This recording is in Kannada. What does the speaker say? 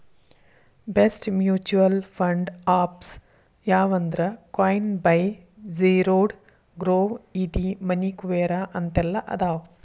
ಬೆಸ್ಟ್ ಮ್ಯೂಚುಯಲ್ ಫಂಡ್ ಆಪ್ಸ್ ಯಾವಂದ್ರಾ Coin by Zerodha Groww ET Money Kuvera ಅಂತೆಲ್ಲಾ ಅದಾವ